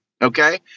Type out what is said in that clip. Okay